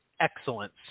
excellence